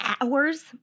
hours